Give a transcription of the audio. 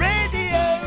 Radio